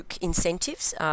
incentives